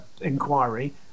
inquiry